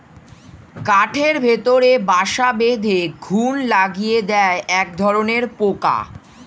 কাঠের ভেতরে বাসা বেঁধে ঘুন লাগিয়ে দেয় একধরনের পোকা